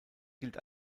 gilt